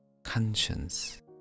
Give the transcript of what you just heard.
Conscience